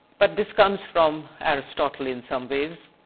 but, this comes from aristotle in some ways.